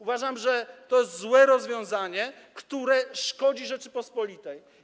Uważam, że to jest złe rozwiązanie, które szkodzi Rzeczypospolitej.